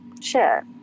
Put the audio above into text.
sure